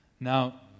Now